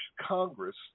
Congress